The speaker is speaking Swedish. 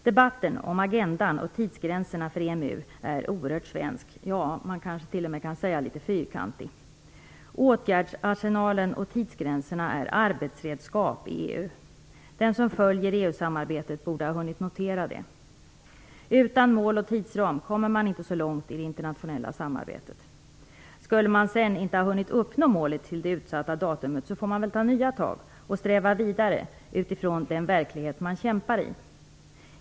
Debatten om agendan och tidsgränserna för EMU är oerhört svensk, man skulle kanske t.o.m. kunna kalla den för litet fyrkantig. Åtgärdsarsenalen och tidsgränserna är arbetsredskap inom EU. Den som följer EU samarbetet borde ha hunnit notera det. Utan mål och tidsram kommer man inte så långt i det internationella samarbetet. Skulle man sedan inte hunnit uppnå målet till det utsatta datumet, får man väl ta nya tag och sträva vidare utfrån den verklighet man kämpar i.